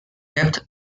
depth